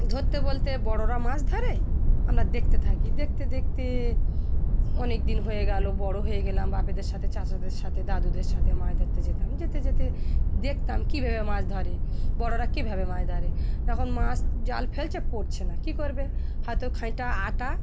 ধরতে বলতে বড়োরা মাছ ধরে আমরা দেখতে থাকি দেখতে দেখতে অনেক দিন হয়ে গেলো বড়ো হয়ে গেলাম বাপেদের সাথে চাচাদের সাথে দাদুদের সাথে মাছ ধরতে যেতাম যেতে যেতে দেখতাম কীভাবে মাছ ধরে বড়োরা কীভাবে মাছ ধরে এখন মাছ জাল ফেলছে পড়ছে না কী করবে হয়তো খাঁটা আটা